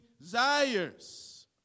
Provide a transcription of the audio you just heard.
desires